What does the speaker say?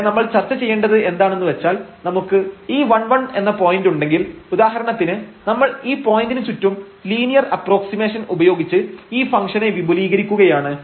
ഇവിടെ നമ്മൾ ചർച്ച ചെയ്യേണ്ടത് എന്താണെന്ന് വെച്ചാൽ നമുക്ക് ഈ 11 എന്ന പോയന്റ് ഉണ്ടെങ്കിൽ ഉദാഹരണത്തിന് നമ്മൾ ഈ പോയന്റിന് ചുറ്റും ലീനിയർ അപ്രോക്സിമേഷൻ ഉപയോഗിച്ച് ഈ ഫംഗ്ഷനെ വിപുലീകരിക്കുകയാണ്